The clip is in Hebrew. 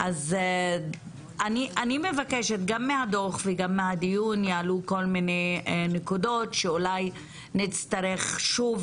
גם מהדוח וגם מהדיון יעלו כל מיני נקודות שאולי נצטרך שוב